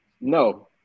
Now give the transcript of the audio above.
No